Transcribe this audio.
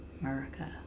America